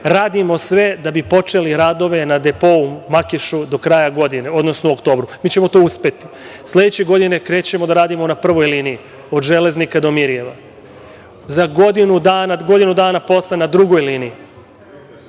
radimo sve da bi počeli radili na depou u Makišu do kraja godine, odnosno u oktobru. Mi ćemo to uspeti. Sledeće godine krećemo da radimo na prvoj liniji, od Železnika do Mirijeva, godinu dana posle na drugoj liniji.